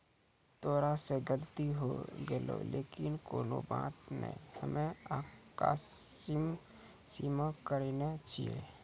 तोरा से गलती होय गेलै लेकिन कोनो बात नै हम्मे अकास्मिक बीमा करैने छिये